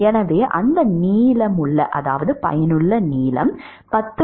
எனவே அந்த பயனுள்ள நீளம் 1 முதல் 10